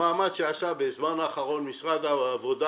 המאמץ שעשה בזמן האחרון משרד העבודה